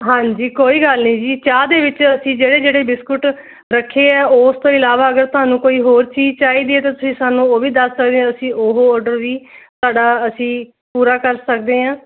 ਹਾਂਜੀ ਕੋਈ ਗੱਲ ਨਹੀਂ ਜੀ ਚਾਹ ਦੇ ਵਿੱਚ ਅਸੀਂ ਜਿਹੜੇ ਜਿਹੜੇ ਬਿਸਕੁਟ ਰੱਖੇ ਆ ਉਸ ਤੋਂ ਇਲਾਵਾ ਅਗਰ ਤੁਹਾਨੂੰ ਕੋਈ ਹੋਰ ਚੀਜ਼ ਚਾਹੀਦੀ ਹੈ ਤਾਂ ਤੁਸੀਂ ਸਾਨੂੰ ਉਹ ਵੀ ਦੱਸ ਸਕਦੇ ਹੋ ਅਸੀਂ ਉਹ ਆਰਡਰ ਵੀ ਤੁਹਾਡਾ ਅਸੀਂ ਪੂਰਾ ਕਰ ਸਕਦੇ ਹਾਂ